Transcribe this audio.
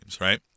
right